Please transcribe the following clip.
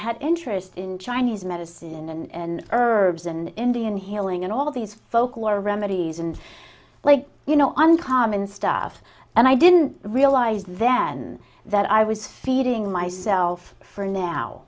had interest in chinese medicine and herbs and indian healing and all these folklore remedies and like you know uncommon stuff and i didn't realize then that i was feeding myself for now